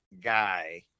guy